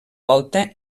volta